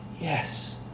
Yes